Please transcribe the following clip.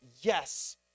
yes